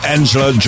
Angela